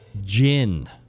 gin